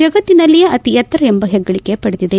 ಜಗತ್ತಿನಲ್ಲೇ ಅತಿ ಎತ್ತರ ಎಂಬ ಹೆಗ್ಗಳಕೆ ಪಡೆದಿದೆ